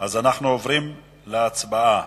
אנחנו עוברים להצבעה.